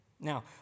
Now